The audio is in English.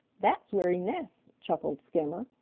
that's where he nests, chuckled skimmer.